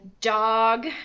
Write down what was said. dog